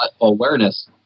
awareness